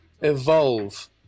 evolve